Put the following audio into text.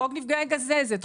חוק נפגעי גזזת,